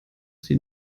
sie